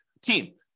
team